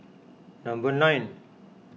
number nine